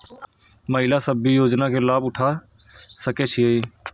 महिला सब भी योजना के लाभ उठा सके छिईय?